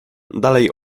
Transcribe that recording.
dalej